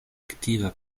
aktiva